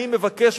אני מבקש,